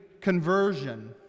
conversion